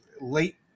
late